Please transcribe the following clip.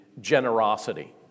generosity